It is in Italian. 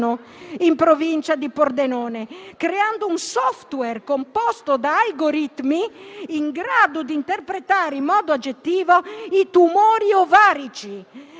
in provincia di Pordenone, creando un *software* composto da algoritmi in grado di interpretare in modo oggettivo i tumori ovarici.